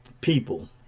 people